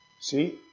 See